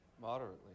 Moderately